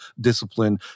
discipline